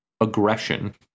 aggression